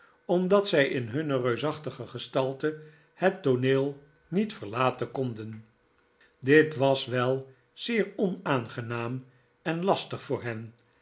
omdat zij in hunne reusachtige gestalte het tooneel niet verlaten konden dit was wel zeer onaangenaam en lastig voor hen